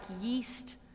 yeast